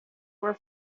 were